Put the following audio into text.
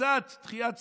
מקצת דחיית סיפוקים.